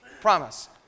Promise